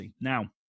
Now